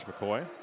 McCoy